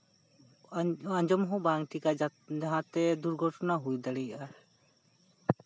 ᱟᱧᱡᱚᱢ ᱦᱚᱸ ᱵᱟᱝ ᱴᱷᱤᱠᱟ ᱡᱟᱦᱟᱸᱛᱮ ᱫᱩᱨᱜᱷᱚᱴᱚᱱᱟ ᱦᱩᱭ ᱫᱟᱲᱮᱭᱟᱜᱼᱟ